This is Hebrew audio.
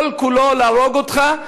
כל-כולו להרוג אותך,